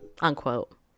unquote